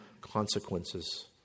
consequences